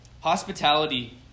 Hospitality